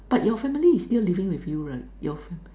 but your family is still living with you right your family